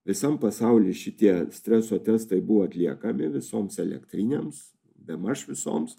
visam pasauly šitie streso testai buvo atliekami visoms elektrinėms bemaž visoms